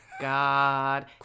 God